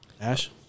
Ash